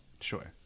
Sure